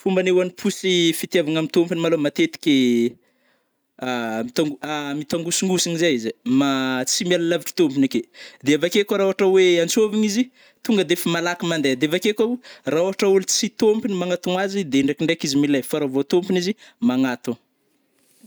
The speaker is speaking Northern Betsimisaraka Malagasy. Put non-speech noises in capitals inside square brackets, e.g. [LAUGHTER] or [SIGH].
Fomba agnehoany posy fitiavagna ami tômpony malô matetiky [HESITATION] mita- [HESITATION] mitangosingosigny zai izy ai, [HESITATION] tsy miala lavitry tompony ake, de avake koa ra ôhatra oe antsôviny izy, tonga de fa malaky mandeha, de avake koao ra ôhatra oe tsy tômpony magnantogno azy de ndraikindraiky izy milai, fa ra vô tômpony izy magnantogno.